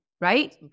right